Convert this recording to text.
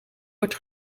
wordt